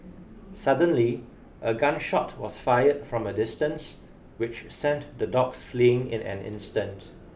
suddenly a gun shot was fired from a distance which sent the dogs fleeing in an instant